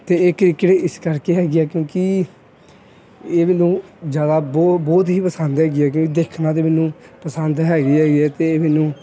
ਅਤੇ ਇਹ ਕ੍ਰਿਕਟ ਇਸ ਕਰਕੇ ਹੈਗੀ ਹੈ ਕਿਉਂਕਿ ਇਹ ਮੈਨੂੰ ਜ਼ਿਆਦਾ ਬਹੁਤ ਬਹੁਤ ਹੀ ਪਸੰਦ ਹੈਗੀ ਹੈ ਕਿਉਂਕਿ ਦੇਖਣਾ ਤਾਂ ਮੈਨੂੰ ਪਸੰਦ ਹੈਗੀ ਹੈਗੀ ਹੈ ਅਤੇ ਮੈਨੂੰ